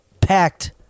packed